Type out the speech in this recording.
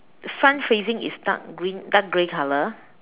sun facing is dark green dark grey colour